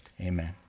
Amen